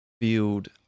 field